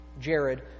Jared